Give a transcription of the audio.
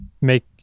make